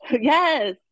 yes